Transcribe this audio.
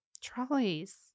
Trolleys